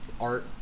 art